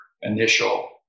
initial